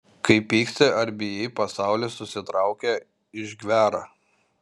kai pyksti ar bijai pasaulis susitraukia išgvęra